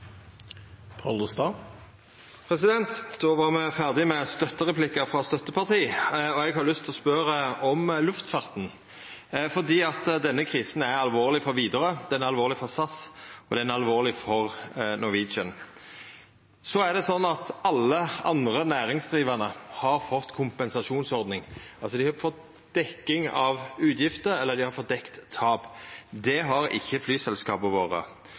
Reisegarantifondet. Då var me ferdige med støttereplikkar frå støtteparti. Eg har lyst til å spørja om luftfarten. Denne krisen er alvorleg for Widerøe, han er alvorleg for SAS, og han er alvorleg for Norwegian. Så er det sånn at alle andre næringsdrivande har fått kompensasjonsordning. Dei har fått dekt utgifter eller tap. Det har ikkje